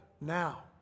now